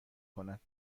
کند